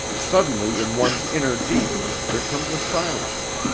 suddenly in one's inner deep there comes a silence,